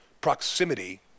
Proximity